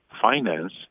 finance